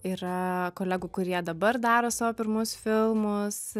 yra kolegų kurie dabar daro savo pirmus filmus